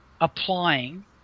applying